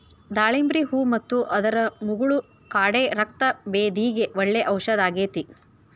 ದಾಳಿಂಬ್ರಿ ಹೂ ಮತ್ತು ಅದರ ಮುಗುಳ ಕಾಡೆ ರಕ್ತಭೇದಿಗೆ ಒಳ್ಳೆ ಔಷದಾಗೇತಿ